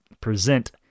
present